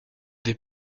des